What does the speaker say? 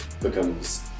becomes